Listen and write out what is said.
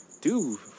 Dude